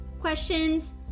questions